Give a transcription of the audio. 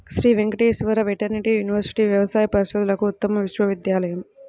Shri Venkateswara veterinary university వ్యవసాయ పరిశోధనలకు ఉత్తమ విశ్వవిద్యాలయం